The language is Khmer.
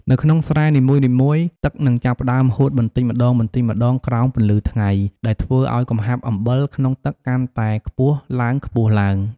នៅក្នុងស្រែនីមួយៗ ទឹកនឹងចាប់ផ្តើមហួតបន្តិចម្ដងៗក្រោមពន្លឺថ្ងៃ ដែលធ្វើឱ្យកំហាប់អំបិលក្នុងទឹកកាន់តែខ្ពស់ឡើងៗ។